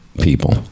people